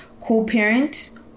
co-parent